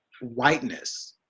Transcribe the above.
whiteness